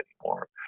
anymore